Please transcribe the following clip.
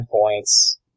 points